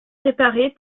séparés